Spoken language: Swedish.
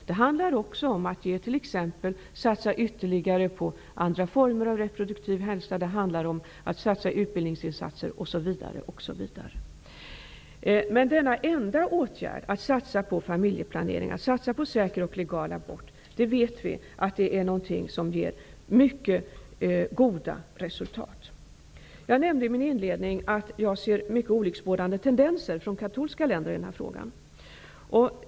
Det handlar också om att satsa ytterligare på andra former av reproduktiv hälsa, utbildning osv. Men denna enda åtgärd, att satsa på familjeplanering och säker och legal abort, vet vi ger mycket goda resultat. Jag nämnde i min inledning att jag ser olycksbådande tendenser från katolska länder i den här frågan.